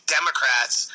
Democrats